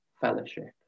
fellowship